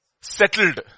settled